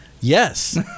Yes